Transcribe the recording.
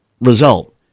result